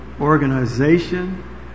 organization